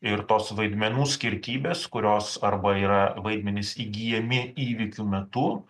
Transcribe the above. ir tos vaidmenų skirtybės kurios arba yra vaidmenys įgyjami įvykių metu